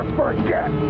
forget